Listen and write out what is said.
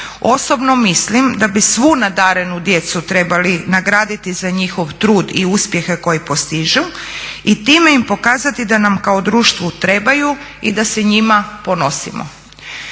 Osobno mislim da bi svu nadarenu djecu trebali nagraditi za njihov trud i uspjehe koje postižu i time im pokazati da nam kao društvu trebaju i da se njima ponosimo.